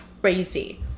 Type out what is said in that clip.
crazy